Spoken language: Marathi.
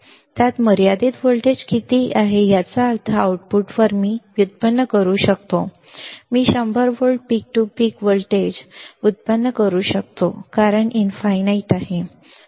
आणि त्यात मर्यादित व्होल्टेज किती आहे याचा अर्थ आउटपुटवर मी व्युत्पन्न करू शकतो मी 100 व्होल्ट पिक ते पिक व्होल्टेज व्युत्पन्न करू शकतो कारण इनफाई नाईट आहे